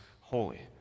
holy